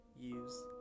use